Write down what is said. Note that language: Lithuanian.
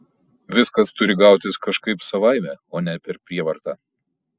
viskas turi gautis kažkaip savaime o ne per prievartą